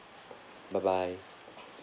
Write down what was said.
bye bye